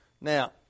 Now